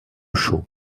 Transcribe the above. chaux